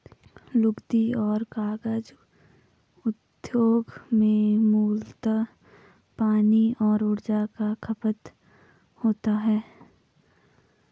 लुगदी और कागज उद्योग में मूलतः पानी और ऊर्जा का खपत होता है